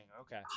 okay